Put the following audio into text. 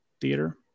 Theater